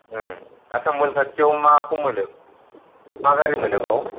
आसाम अइल खाथियाव माखौ मोनो मा गारि मोनो बेयाव